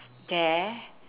there